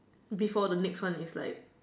before the next one is like